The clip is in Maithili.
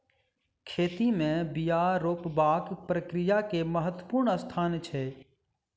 खेती में बिया रोपबाक प्रक्रिया के महत्वपूर्ण स्थान छै